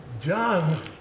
John